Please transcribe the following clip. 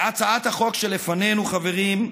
להצעת החוק שלפנינו, חברים,